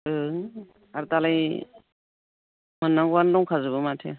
ओं आरो दालाय मोननांगऔआनो दंखाजोबो माथो